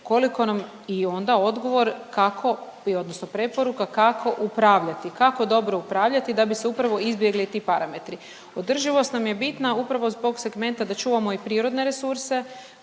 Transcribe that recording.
koliko nam i onda odgovor kako bi odnosno preporuka kako upravljati, kako dobro upravljati da bi se upravo izbjegli ti parametri. Održivost nam je bitna upravo zbog segmenta da čuvamo i prirodne resurse,